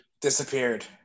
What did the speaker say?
Disappeared